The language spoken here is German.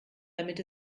damit